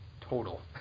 total